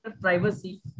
privacy